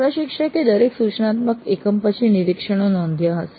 પ્રશિક્ષકે દરેક સૂચનાત્મક એકમ પછી નિરીક્ષણો નોંધ્યા હશે